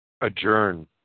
Adjourn